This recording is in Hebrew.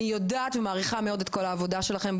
אני יודעת ומעריכה מאוד את כל העבודה שלכם.